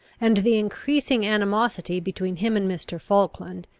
and the increasing animosity between him and mr. falkland,